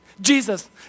Jesus